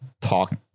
talk